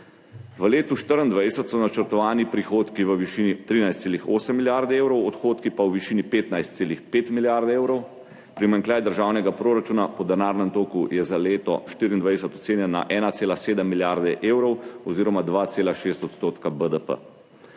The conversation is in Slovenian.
V letu 2024 so načrtovani prihodki v višini 13,8 milijarde evrov, odhodki pa v višini 15,5 milijarde evrov. Primanjkljaj državnega proračuna po denarnem toku je za leto 2024 ocenjen na 1,7 milijarde evrov oziroma 2,6 % BDP.